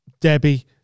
Debbie